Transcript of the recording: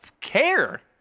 care